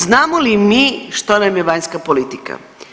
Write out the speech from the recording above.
Znamo li mi što nam je vanjska politika?